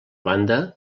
banda